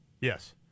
Yes